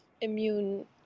immune